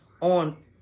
on